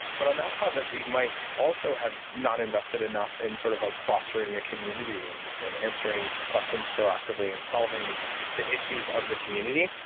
but on that project, we might also have not invested enough in sort of like fostering a community and and answering questions proactively and solving the issues of the community,